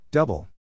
Double